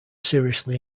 seriously